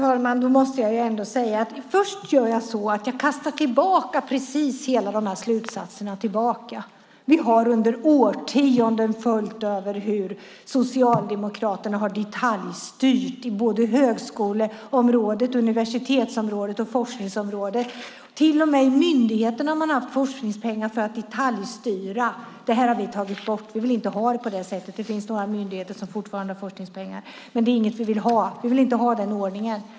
Fru talman! Jag kastar tillbaka alla slutsatserna här. Vi har ju i årtionden kunnat följa hur Socialdemokraterna detaljstyrt på högskoleområdet, universitetsområdet och forskningsområdet. Till och med i myndigheterna har man haft forskningspengar till detaljstyrning. Det har vi tagit bort. Vi vill inte ha det på det sättet. Dock finns det några myndigheter som fortfarande har forskningspengar, men det är alltså ingen ordning som vi vill ha.